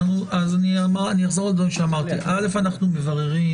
אל"ף, אנו מבררים